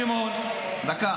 סימון, דקה.